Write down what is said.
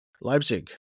Leipzig